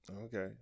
Okay